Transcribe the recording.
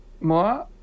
Moi